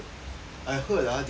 I heard ah they got what